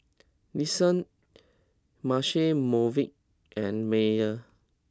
Nissan Marche Movenpick and Mayer